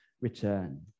return